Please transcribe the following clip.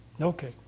Okay